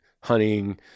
hunting